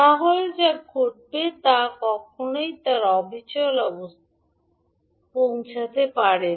তাহলে যা ঘটবে তা কখনই তার অবিচল অবস্থায় পৌঁছতে পারে না